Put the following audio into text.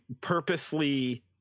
purposely